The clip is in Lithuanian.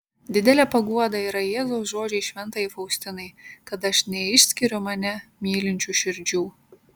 didelė paguoda yra jėzaus žodžiai šventajai faustinai kad aš neišskiriu mane mylinčių širdžių